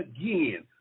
again